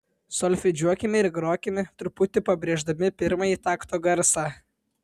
solfedžiuokime ir grokime truputį pabrėždami pirmąjį takto garsą